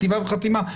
כתיבה וחתימה טובה.